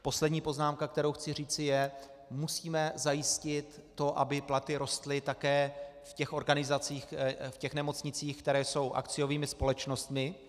Poslední poznámka, kterou chci říci, je musíme zajistit to, aby platy rostly také v těch organizacích, v těch nemocnicích, které jsou akciovými společnostmi.